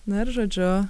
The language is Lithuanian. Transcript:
na ir žodžiu